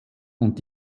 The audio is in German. und